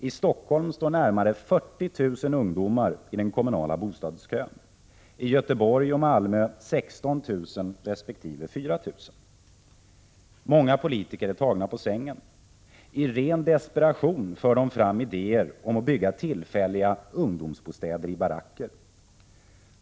I Stockholm står närmare 40 000 ungdomar i den kommunala bostadskön, i Göteborg och Malmö 16 000 resp. 4 000. Många politiker är tagna på sängen. I ren desparation för de fram idéer om att bygga tillfälliga ungdomsbostäder i baracker.